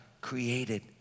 created